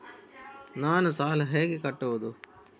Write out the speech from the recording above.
ನಾನು ಸಾಲ ಹೇಗೆ ಕಟ್ಟುವುದು?